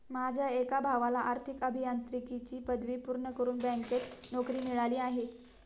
माझ्या एका भावाला आर्थिक अभियांत्रिकीची पदवी पूर्ण करून बँकेत नोकरी मिळाली आहे